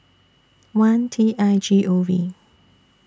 one T I G O V